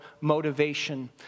motivation